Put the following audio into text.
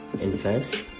invest